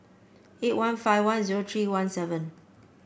eight one five one zero three one seven